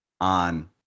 on